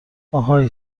آهای